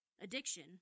addiction